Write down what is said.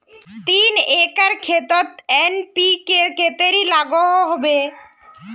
तीन एकर खेतोत एन.पी.के कतेरी लागोहो होबे?